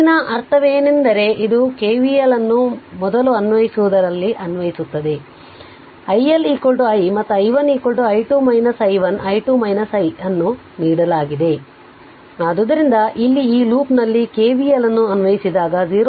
ಮುಂದಿನ ಅರ್ಥವೇನೆಂದರೆ ಇದು KVL ಅನ್ನು ಮೊದಲು ಅನ್ವಯಿಸುವುದರಲ್ಲಿ ಅನ್ವಯಿಸುತ್ತದೆ ಅದು i1 i ಮತ್ತು i1 i2 i1 i2 i ಅನ್ನು ನೀಡಲಾಗಿದೆ ಆದ್ದರಿಂದ ಇಲ್ಲಿ ಈ ಲೂಪ್ನಲ್ಲಿ KVL ಅನ್ನು ಅನ್ವಯಿಸಿದಾಗ 0